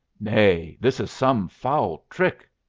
nay, this is some foul trick,